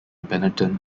benetton